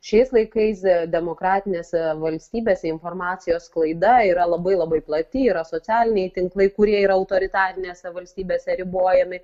šiais laikais demokratinėse valstybėse informacijos sklaida yra labai labai plati yra socialiniai tinklai kurie yra autoritarinėse valstybėse ribojami